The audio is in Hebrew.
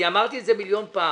אמרתי את זה מיליון פעם,